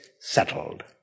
settled